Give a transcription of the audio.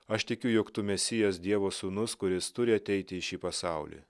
aš tikiu jog tu mesijas dievo sūnus kuris turi ateiti į šį pasaulį